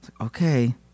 Okay